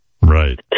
Right